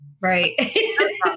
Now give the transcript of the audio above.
right